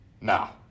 now